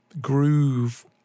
groove